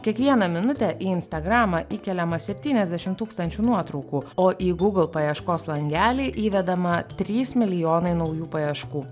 kiekvieną minutę į instagramą įkeliama septyniasdešimt tūkstančių nuotraukų o į gugl paieškos langelyje įvedama trys milijonai naujų paieškų